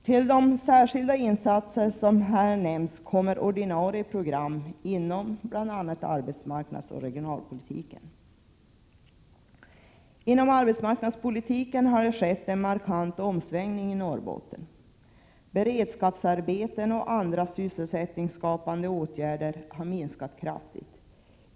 Till de särskilda insatser som här nämnts kommer ordinarie program inom bl.a. arbetsmarknadsoch regionalpolitiken. Inom arbetsmarknadspolitiken har en markant omsvängning i Norrbotten skett. Beredskapsarbeten och andra sysselsättningsskapande åtgärder har minskats kraftigt.